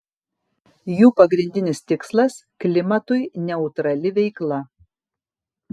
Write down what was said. jų pagrindinis tikslas klimatui neutrali veikla